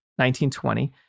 1920